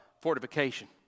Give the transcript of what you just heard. fortification